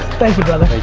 thank you, brother.